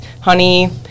honey